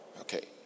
Okay